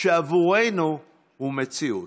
שבעבורנו הוא מציאות.